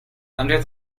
under